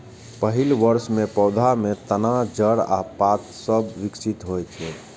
पहिल वर्ष मे पौधा मे तना, जड़ आ पात सभ विकसित होइ छै